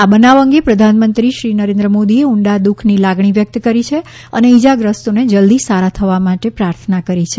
આ બનાવ અંગે પ્રધાનમંત્રીશ્રી નરેન્દ્ર મોદીએ ઉંડા દુઃખની લાગણી વ્યક્ત કરી છે અને ઇજાગ્રસ્તોને જલ્દી સારા થવા માટે પ્રાર્થના કરી છે